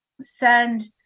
send